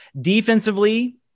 Defensively